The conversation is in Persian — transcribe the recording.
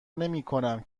نمیکنم